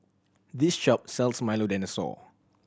this shop sell Milo Dinosaur